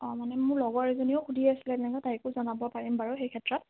অঁ মানে মোৰ লগৰ এজনীয়েও সুধি আছিলে মানে তেনেকে তাইকো জনাব পাৰিম বাৰু সেইক্ষেত্ৰত